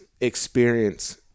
experience